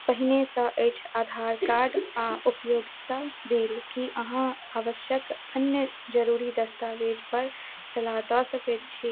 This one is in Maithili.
पहिनहिसँ अछि आधार कार्ड आओर उपयोगिता बिल कि अहाँ आवश्यक अन्य जरूरी दस्तावेजपर सलाह दऽ सकै छी